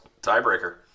tiebreaker